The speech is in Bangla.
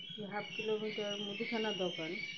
কি হাফ কিলোমিটার মুদিখানার দোকান